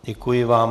Děkuji vám.